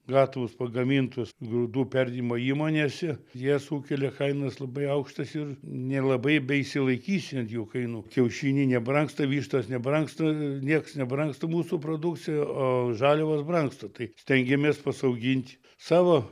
gatavus pagamintus grūdų perdirbimo įmonėse jie sukelia kainas labai aukštas ir nelabai beišsilaikysi ant jų kainų kiaušiniai nebrangsta vištos nebrangsta nieks nebrangsta mūsų produkcija o žaliavos brangsta tai stengiamės pasiaugint savo